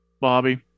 bobby